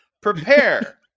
prepare